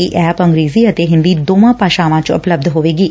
ਇਹ ਐਪ ਅੰਗਰੇਜ਼ੀ ਅਤੇ ਹਿੰਦੀ ਦੋਨਾਂ ਭਾਸ਼ਾਵਾਂ ਚ ਉਪਲਬੱਧ ਹੋਵੇਗੀ